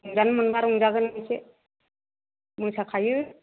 मोनजानो मोनब्ला रंजागोन एसे मोसाखायो